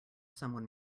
someone